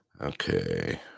Okay